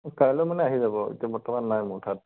কাইলৈ মানে আহি যাব এতিয়া বৰ্তমান নাই মোৰ তাত